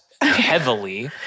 heavily